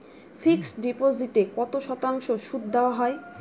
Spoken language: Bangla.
ফিক্সড ডিপোজিটে কত শতাংশ সুদ দেওয়া হয়?